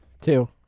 Two